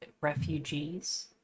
refugees